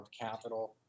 capital